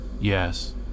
Yes